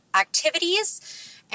activities